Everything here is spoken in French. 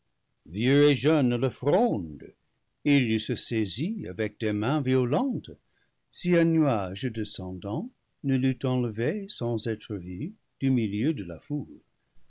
et jeunes le frondent ils l'eussent saisi avec des mains violentes si un nuage descendant ne l'eût enlevé sans être vu du milieu de la foule